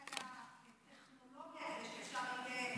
רק על הטכנולוגיה שאפשר יהיה,